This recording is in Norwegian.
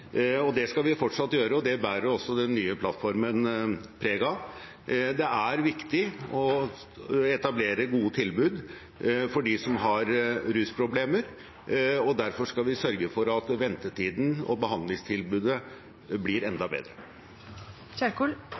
gitt. Det skal vi fortsatt gjøre, og det bærer også den nye plattformen preg av. Det er viktig å etablere gode tilbud for dem som har rusproblemer, og derfor skal vi sørge for at ventetiden og behandlingstilbudet blir enda bedre.